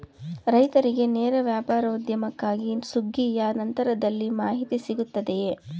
ರೈತರಿಗೆ ನೇರ ವ್ಯಾಪಾರೋದ್ಯಮಕ್ಕಾಗಿ ಸುಗ್ಗಿಯ ನಂತರದಲ್ಲಿ ಮಾಹಿತಿ ಸಿಗುತ್ತದೆಯೇ?